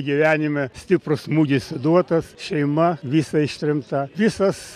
gyvenime stiprus smūgis suduotas šeima visa ištremta visas